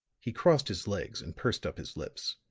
he crossed his legs and pursed up his lips.